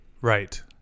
right